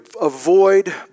avoid